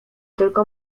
tylko